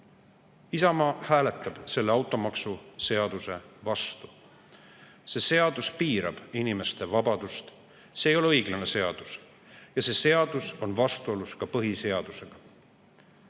Isamaa hääletab automaksuseaduse vastu. See seadus piirab inimeste vabadust. See ei ole õiglane seadus ja see on vastuolus põhiseadusega.